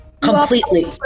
Completely